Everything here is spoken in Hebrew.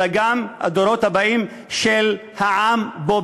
אלא גם הדורות הבאים של העם פה,